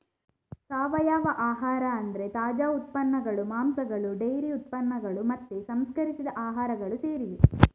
ಸಾವಯವ ಆಹಾರ ಅಂದ್ರೆ ತಾಜಾ ಉತ್ಪನ್ನಗಳು, ಮಾಂಸಗಳು ಡೈರಿ ಉತ್ಪನ್ನಗಳು ಮತ್ತೆ ಸಂಸ್ಕರಿಸಿದ ಆಹಾರಗಳು ಸೇರಿವೆ